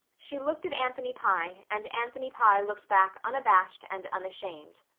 she looked at anthony pye, and anthony pye looked back unabashed and unashamed.